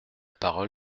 parole